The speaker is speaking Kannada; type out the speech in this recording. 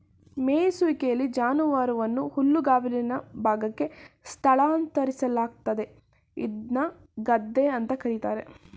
ಮೆಯಿಸುವಿಕೆಲಿ ಜಾನುವಾರುವನ್ನು ಹುಲ್ಲುಗಾವಲಿನ ಭಾಗಕ್ಕೆ ಸ್ಥಳಾಂತರಿಸಲಾಗ್ತದೆ ಇದ್ನ ಗದ್ದೆ ಅಂತ ಕರೀತಾರೆ